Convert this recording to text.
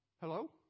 Hello